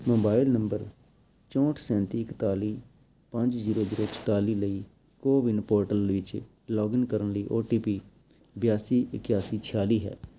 mobile number ਚੌਂਹਟ ਸੈਂਤੀ ਇਕਤਾਲੀ ਪੰਜ ਜ਼ੀਰੋ ਜ਼ੀਰੋ ਚੁਤਾਲੀ ਲਈ ਕੋਵਿਨ ਪੋਰਟਲ ਵਿੱਚ ਲੌਗਇਨ ਕਰਨ ਲਈ ਓ ਟੀ ਪੀ ਬਿਆਸੀ ਇਕਿਆਸੀ ਛਿਆਲੀ ਹੈ